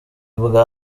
ubwa